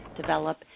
Develop